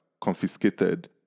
confiscated